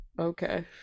Okay